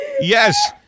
Yes